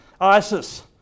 ISIS